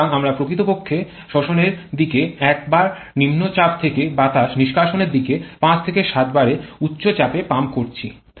সুতরাং আমরা প্রকৃতপক্ষে শোষণের দিকে ১ বারের নিম্নচাপ থেকে বাতাস নিষ্কাশনের দিকে ৫ থেকে ৭ বারের উচ্চ চাপে পাম্প করছি